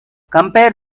compare